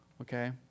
okay